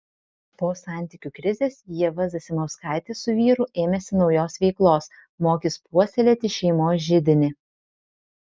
po santykių krizės ieva zasimauskaitė su vyru ėmėsi naujos veiklos mokys puoselėti šeimos židinį